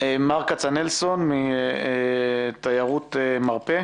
מרק כנצלסון מעמותת תיירות מרפא.